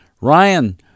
Ryan